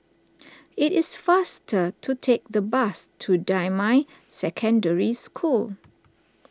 it is faster to take the bus to Damai Secondary School